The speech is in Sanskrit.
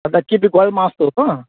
अ किमपि खलु मास्तु वा